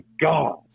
god